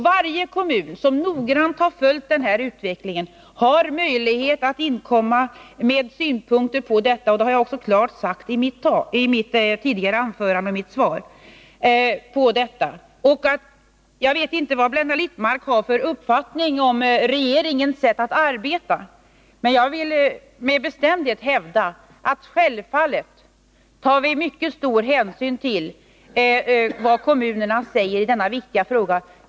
Varje kommun som noggrant har följt den här utvecklingen har möjlighet att inkomma med synpunkter på detta, och det har jag också klart sagt i mitt svar på frågan. Jag vet inte vad Blenda Littmarck har för uppfattning om regeringens sätt att arbeta, men jag vill med bestämdhet hävda att vi självfallet tar mycket stor hänsyn till vad kommunerna säger i denna viktiga fråga.